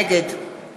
נגד